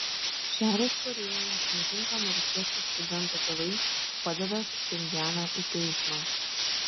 šiaurės korėjoje kankinto amerikiečių studento tėvai padavė pchenjaną į teismą